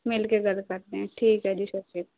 ਮਿਲਕੇ ਗੱਲ ਕਰਦੇ ਹੈ ਠੀਕ ਹੈ ਜੀ ਸਤਿ ਸ਼੍ਰੀ ਅਕਾਲ